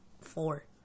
four